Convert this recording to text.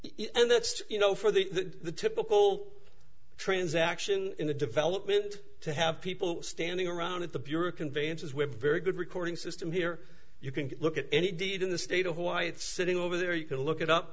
it and that's you know for the the typical transaction in the development to have people standing around at the bureau conventions we're very good recording system here you can look at any deed in the state of hawaii it's sitting over there you can look it up